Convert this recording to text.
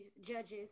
judges